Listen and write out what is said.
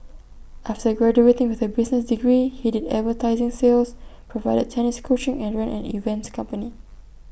after graduating with A business degree he did advertising sales provided tennis coaching and ran an events company